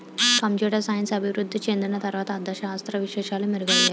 computer science అభివృద్ధి చెందిన తర్వాత అర్ధ శాస్త్ర విశేషాలు మెరుగయ్యాయి